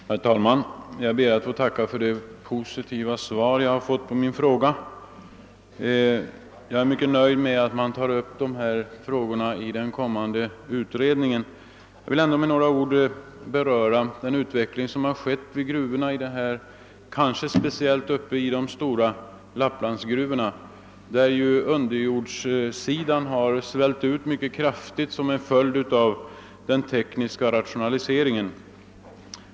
Herr talman! Jag ber att få tacka för det positiva svar jag fått på min fråga och är mycket nöjd med att dessa spörsmål kommer att tas upp i den kommande utredningen. Men jag vill ändå med några ord beröra den utveckling som skett i gruvorna, speciellt i de stora Lapplandsgruvorna, där underjordssidan har svällt ut mycket kraftigt som en följd av den tekniska rationaliseringen.